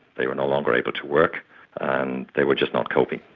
they were no longer able to work and they were just not coping.